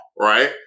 right